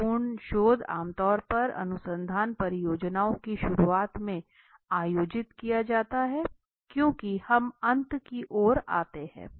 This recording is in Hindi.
खोजपूर्ण शोध आमतौर पर अनुसंधान परियोजनाओं की शुरुआत में आयोजित किया जाता है क्योंकि हम अंत की ओर आते हैं